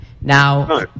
Now